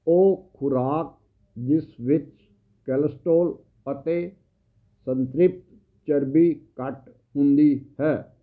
ਉਹ ਖੁਰਾਕ ਜਿਸ ਵਿੱਚ ਕੋਲੈਸਟ੍ਰੋਲ ਅਤੇ ਸੰਤ੍ਰਿਪਤ ਚਰਬੀ ਘੱਟ ਹੁੰਦੀ ਹੈ